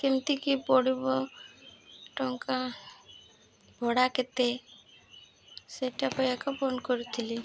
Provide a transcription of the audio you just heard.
କେମିତିକି ପଡ଼ିବ ଟଙ୍କା ଭଡ଼ା କେତେ ସେଇଟା ପାଇଁ ଏକା ଫୋନ୍ କରୁଥିଲି